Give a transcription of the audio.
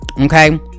okay